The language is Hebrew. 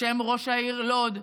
בשם ראש העיר לוד,